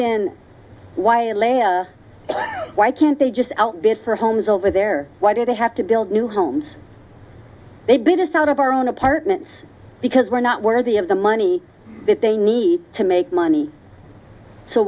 elaine why can't they just outbid for homes over there why do they have to build new homes they bring us out of our own apartments because we're not worthy of the money that they need to make